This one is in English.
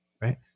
Right